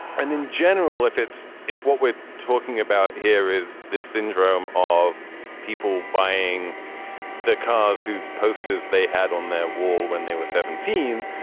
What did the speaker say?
and in general, if it's if what we're talking about here is this syndrome of people buying the cars whose posters they had on their wall when they were seventeen,